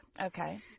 Okay